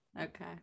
Okay